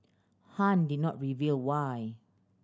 Han did not reveal why